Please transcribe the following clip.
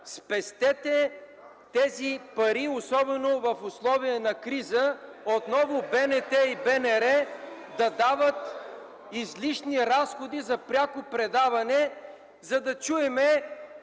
спестете тези пари, особено в условия на криза (смях в ГЕРБ) отново БНТ и БНР да дават излишни разходи за пряко предаване, за да чуем